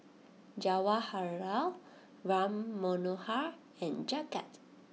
Jawaharlal Ram Manohar and Jagat